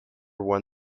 one